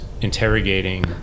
interrogating